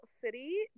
city